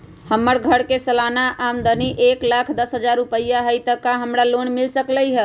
हमर घर के सालाना आमदनी एक लाख दस हजार रुपैया हाई त का हमरा लोन मिल सकलई ह?